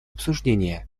обсуждения